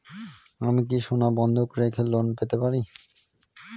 আমি কি সোনা বন্ধক রেখে লোন পেতে পারি?